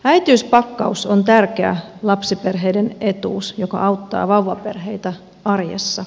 äitiyspakkaus on tärkeä lapsiperheiden etuus joka auttaa vauvaperheitä arjessa